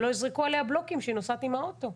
שלא יזרקו עליה בלוקים כשהיא נוסעת עם האוטו.